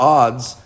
odds